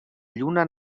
lluna